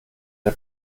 der